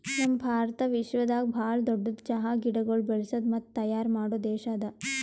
ನಮ್ ಭಾರತ ವಿಶ್ವದಾಗ್ ಭಾಳ ದೊಡ್ಡುದ್ ಚಹಾ ಗಿಡಗೊಳ್ ಬೆಳಸದ್ ಮತ್ತ ತೈಯಾರ್ ಮಾಡೋ ದೇಶ ಅದಾ